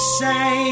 say